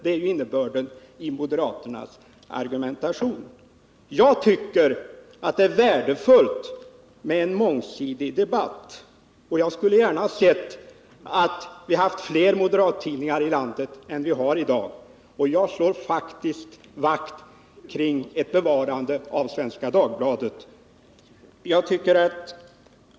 Det är ju innebörden i moderaternas argumentation. Jag tycker att det är värdefullt med en mångsidig debatt, och jag skulle gärna se att vi hade fler moderattidningar i landet än vi i dag har. Jag slår faktiskt vakt om Svenska Dagbladet.